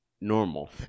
normal